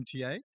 MTA